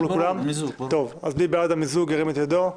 מי בעד המיזוג ירים את ידו?